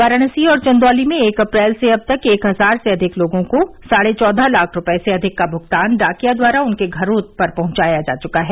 वाराणसी और चंदौली में एक अप्रैल से अब तक एक हजार से अधिक लोगों को साढ़े चौदह लाख रूपये से अधिक का भुगतान डाकिया द्वारा उनके घरों पर पहुंचाया जा चुका है